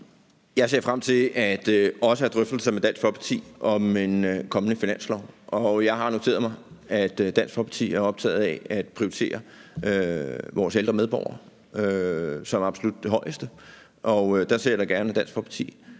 Jeg ser frem til også at have drøftelser med Dansk Folkeparti om en kommende finanslov. Jeg har noteret mig, at Dansk Folkeparti er optaget af at prioritere vores ældre medborgere som det absolut højeste, og der ser jeg da gerne, at